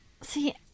see